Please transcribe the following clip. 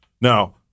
Now